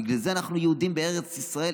בגלל זה אנחנו יהודים בארץ ישראל,